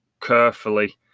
carefully